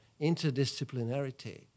interdisciplinarity